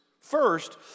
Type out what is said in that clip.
First